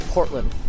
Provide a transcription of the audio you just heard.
Portland